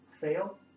Fail